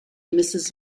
mrs